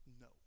no